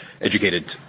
educated